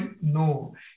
No